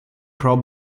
pro